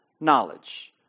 knowledge